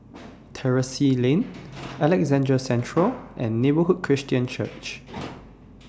Terrasse Lane Alexandra Central and Neighbourhood Christian Church